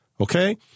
Okay